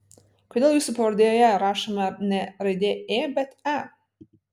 kodėl jūsų pavardėje rašoma ne raidė ė bet e